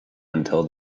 until